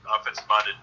offensive-minded